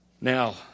Now